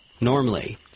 Normally